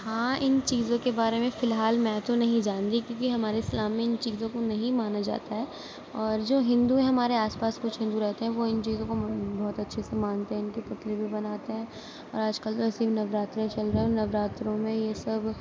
ہاں ان چیزوں کے بارے میں فی الحال میں تو نہیں جانتی کیونکہ ہمارے اسلام میں ان چیزوں کو نہیں مانا جاتا ہے اور جو ہندو ہیں ہمارے آس پاس کچھ ہندو رہتے ہیں وہ ان چیزوں کو بہت اچھے سے مانتے ان کے پتلے بھی بناتے ہیں اور آج کل تو ویسے بھی نوراتریاں چل رہا ہے نوراتروں میں یہ سب